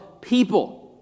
people